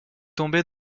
tombé